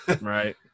Right